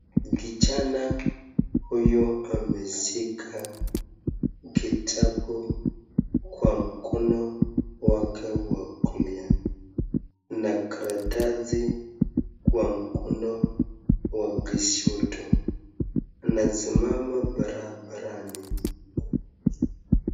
Kijana huyu anashika kitabu kwa mkono wake wa kulia na karatasi kwa mkono wa kushoto anasimama barabarani.